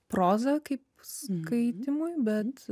proza kaip skaitymui bet